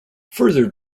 further